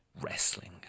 wrestling